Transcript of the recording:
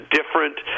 different